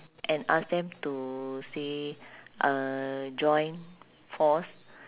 and ask them to say uh join force